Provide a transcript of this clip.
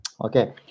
Okay